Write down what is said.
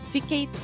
Fiquei